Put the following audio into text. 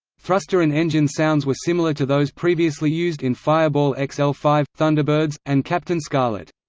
thruster and engine sounds were similar to those previously used in fireball x l five, thunderbirds, and captain scarlet.